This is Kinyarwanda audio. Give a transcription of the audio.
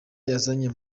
yazanye